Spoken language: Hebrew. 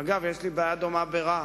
אגב, יש לי בעיה דומה ברהט.